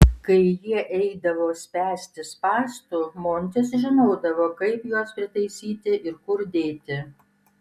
kai jie eidavo spęsti spąstų montis žinodavo kaip juos pritaisyti ir kur dėti